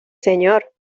señor